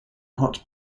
hot